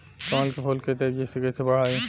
कमल के फूल के तेजी से कइसे बढ़ाई?